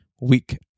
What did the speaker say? week